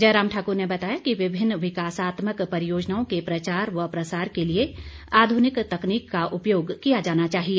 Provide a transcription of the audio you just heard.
जयराम ठाकुर ने बताया कि विभिन्न विकासात्मक परियोजनाओं के प्रचार व प्रसार के लिए आधुनिक तकनीक का उपयोग किया जाना चाहिए